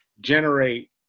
generate